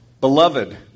Beloved